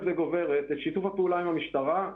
וגוברת בכל מה שקשור לשיתוף הפעולה עם המשטרה.